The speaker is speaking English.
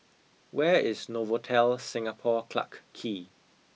where is Novotel Singapore Clarke Quay